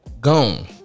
Gone